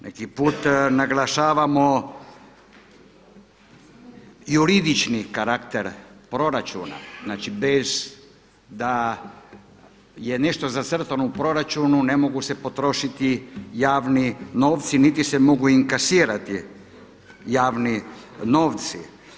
Neki put naglašavamo iuridični karakter proračuna, znači bez da je nešto zacrtano u proračunu ne mogu se potrošiti javni novci niti se mogu inkasirati javni novci.